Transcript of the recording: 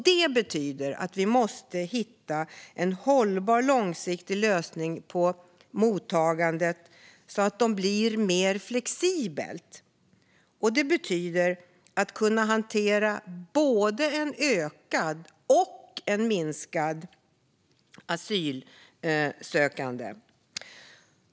Detta betyder att vi måste hitta en hållbar och långsiktig lösning för mottagandet så att det blir mer flexibelt och så att både ett ökat och ett minskat antal asylsökande kan hanteras.